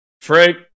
Frank